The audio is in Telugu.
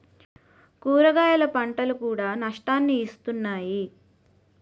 కూరగాయల పంటలు కూడా నష్టాన్ని ఇస్తున్నాయి